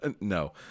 No